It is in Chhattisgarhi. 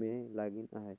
मे लगिन अहे